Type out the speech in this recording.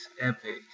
epic